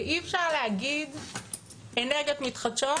ואי אפשר להגיד 'אנרגיות מתחדשות'